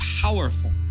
powerful